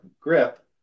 grip